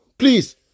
Please